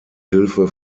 hilfe